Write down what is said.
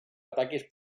ataques